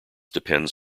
depends